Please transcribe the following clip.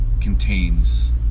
contains